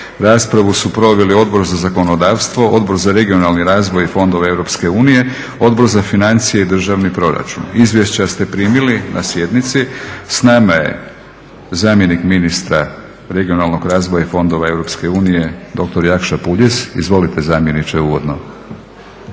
Raspravu su proveli Odbor za zakonodavstvo, Odbor za regionalni razvoj i fondove EU, Odbor za financije i državni proračun. Izvješća ste primili na sjednici. S nama je zamjenik ministra regionalnog razvoja i fondova EU dr. Jakša Puljiz. Izvolite zamjeniče, uvodno.